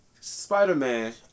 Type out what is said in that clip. Spider-Man